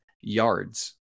yards